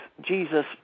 Jesus